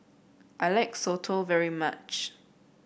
I like Soto very much